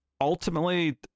ultimately